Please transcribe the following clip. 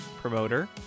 promoter